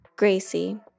Gracie